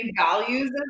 values